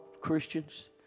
Christians